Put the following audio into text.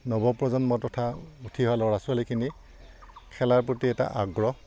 নৱপ্ৰজন্ম তথা উঠি অহা ল'ৰা ছোৱালীখিনি খেলাৰ প্ৰতি এটা আগ্ৰহ